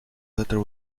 letter